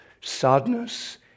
sadness